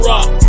Rock